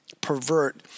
pervert